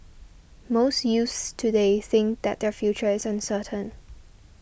most youths today think that their future is uncertain